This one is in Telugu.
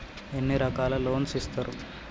ఎన్ని రకాల లోన్స్ ఇస్తరు?